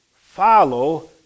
follow